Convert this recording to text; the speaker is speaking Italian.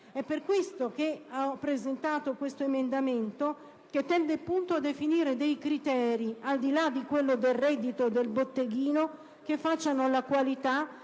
È per questo che ho presentato questo emendamento, che tende appunto a definire dei criteri, al di là di quello del reddito del botteghino, che facciano la qualità